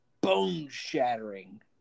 bone-shattering